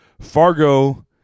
Fargo